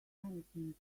anything